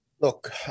Look